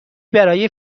برای